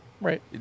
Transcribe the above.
Right